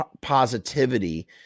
positivity